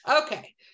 okay